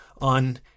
on